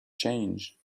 change